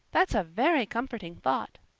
that's a very comforting thought.